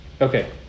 Okay